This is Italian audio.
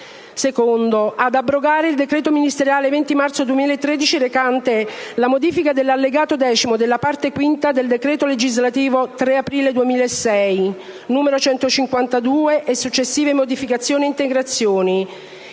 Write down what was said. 2) ad abrogare il decreto ministeriale 20 marzo 2013 recante "Modifica dell'allegato X della parte quinta del decreto legislativo 3 aprile 2006, n. 152 e successive modificazioni e integrazioni,